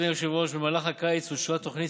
אדוני היושב-ראש במהלך הקיץ אושרה תוכנית